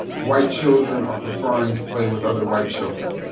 white children are preferring to play with other white children.